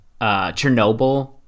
Chernobyl